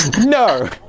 No